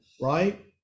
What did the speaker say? right